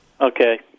Okay